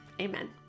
amen